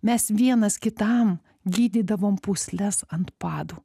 mes vienas kitam gydydavom pūsles ant padų